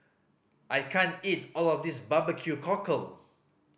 I can't eat all of this barbecue cockle